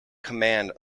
command